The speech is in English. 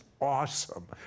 awesome